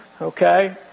okay